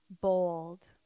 bold